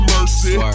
Mercy